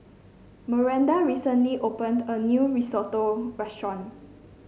Maranda recently opened a new Risotto restaurant